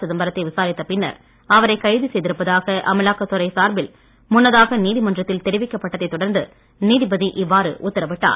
சிதம்பரத்தை விசாரித்த பின்னர் அவரை கைது செய்திருப்பதாக அமலாக்கத்துறை சார்பில் முன்னதாக நீதிமன்றத்தில் தெரிவிக்கப்பட்டதை தொடர்ந்து நீதிபதி இவ்வாறு உத்தரவிட்டார்